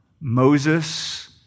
Moses